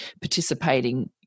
participating